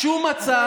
הצעה.